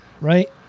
right